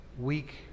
week